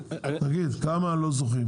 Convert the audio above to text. כמה לא זוכים?